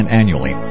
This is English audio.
annually